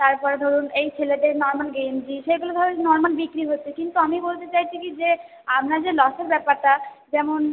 তারপরে ধরুন এই ছেলেদের নর্মাল গেঞ্জি সেগুলো ধরুন নর্মাল বিক্রি হচ্ছে কিন্তু আমি বলতে চাইছি কী যে আপনার যে লসের ব্যাপারটা যেমন